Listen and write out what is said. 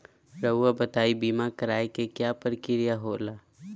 रहुआ बताइं बीमा कराए के क्या प्रक्रिया होला?